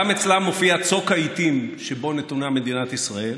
גם אצלם מופיע צוק העיתים שבו נתונה מדינת ישראל,